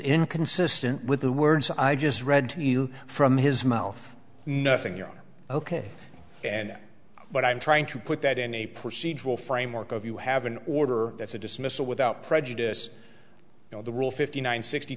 inconsistent with the words i just read to you from his mouth nothing you're ok and but i'm trying to put that in a procedural framework of you have an order that's a dismissal without prejudice you know the rule fifty nine sixty